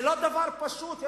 זה לא דבר פשוט.